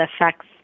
affects